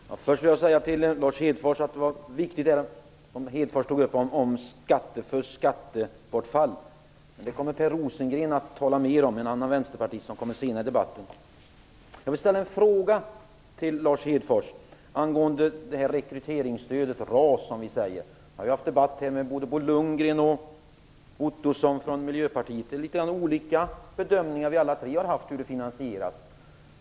Fru talman! Först vill jag till Lars Hedfors säga att det som han tog upp om skattefusk och skattebortfall är viktigt. Men detta kommer Per Rosengren, en annan vänsterpartist som kommer senare i debatten, att tala mer om. Jag vill ställa en fråga till Lars Hedfors angående rekryteringsstödet RAS. Jag har ju haft debatt både med Bo Lundgren och med Roy Ottosson från Miljöpartiet. Vi har alla tre gjort litet olika bedömningar av hur det skall finansieras.